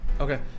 Okay